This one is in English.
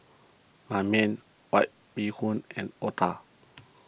Ban Mian White Bee Hoon and Otah